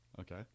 okay